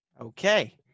Okay